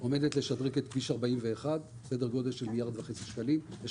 עומדת לשדרג את כביש 41 בכ-1.5 מיליארד שקלים יש